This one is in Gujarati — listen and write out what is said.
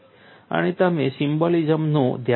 અને તમે સિમ્બોલિઝમનું ધ્યાન રાખો